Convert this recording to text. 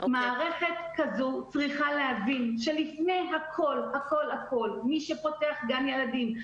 מערכת כזו צריכה להבין שלפני הכול מי שפותח גן ילדים,